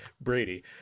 brady